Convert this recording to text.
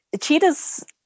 cheetahs